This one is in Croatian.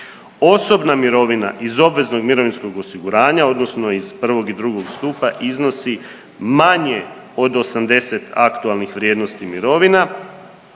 Osobna mirovina iz obveznog mirovinskog osiguranja odnosno iz 1. i 2. stupa iznosi manje od 80 aktualnih vrijednosti mirovina.